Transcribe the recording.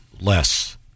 less